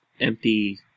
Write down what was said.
empty